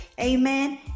Amen